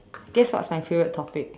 guess what's my favourite topic